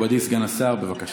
בבקשה.